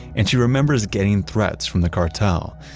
and she remembers getting threats from the cartel.